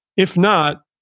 if not,